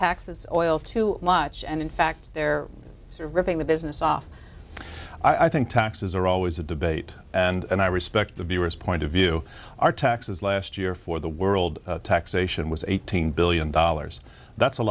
taxes on oil too much and in fact they're ripping the business off i think taxes are always a debate and i respect the viewers point of view our taxes last year for the world taxation was eighteen billion dollars that's a